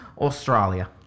Australia